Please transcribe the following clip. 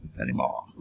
anymore